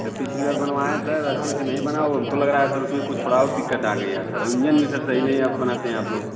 sir पिछली बार बनवाए सर अच्छे से नहीं बना वो हमको लग रहा है सर उसमें कुछ थोड़ा और दिक्कत आ गई यार सर और इंजन भी सही नहीं अब बनाते हैं आप लोग